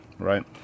Right